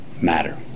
matter